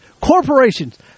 corporations